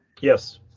Yes